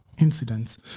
Incidents